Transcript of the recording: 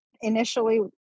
Initially